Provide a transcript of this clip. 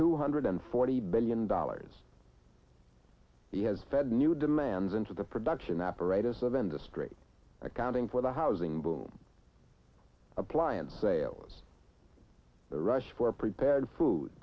two hundred forty billion dollars he has fed new demands into the production apparatus of industry accounting for the housing boom appliance sales the rush for prepared food